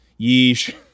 yeesh